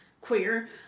queer